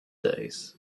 days